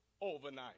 overnight